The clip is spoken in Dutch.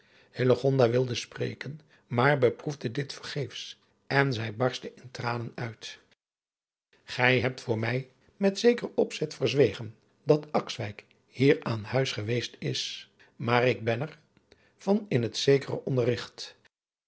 wilde spreken maar beproefde dit vergeefs en zij barstte in tranen uit gij hebt voor mij met opzet verzwegen dat akswijk hier aan huis geweest is maar ik ben er van in het